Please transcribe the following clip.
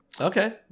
Okay